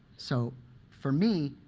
so for me,